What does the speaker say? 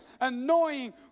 annoying